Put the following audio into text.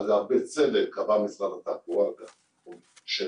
אגב, בצדק קבע משרד התחבורה שרק